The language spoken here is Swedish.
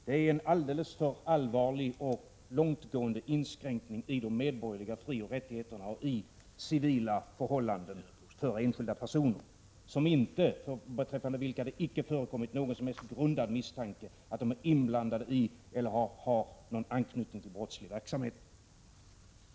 Det är en alldeles för allvarlig och långtgående inskränkning i de medborgerliga frioch rättigheterna i civila förhållanden för enskilda personer, beträffande vilka det icke förekommit någon som helst grundad misstanke att de är inblandade i eller har anknytning till brottslig verksamhet.